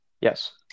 Yes